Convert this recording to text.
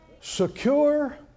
Secure